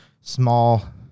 small